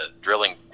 drilling